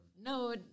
no